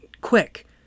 quick